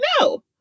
No